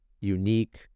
unique